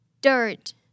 Dirt